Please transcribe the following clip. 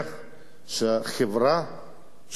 שהחברה של הצבא,